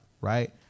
right